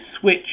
switch